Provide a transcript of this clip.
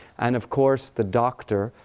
and of course, the doctor,